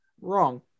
Wrong